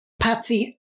Patsy